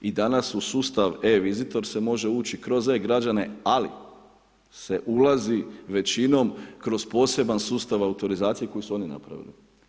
I danas u sustav e-visitor se može ući kroz e-građane ali se ulazi većinom kroz poseban sustav autorizacije koji su oni napravili.